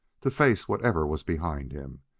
to face whatever was behind him,